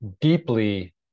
deeply